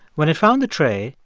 when it found the tray,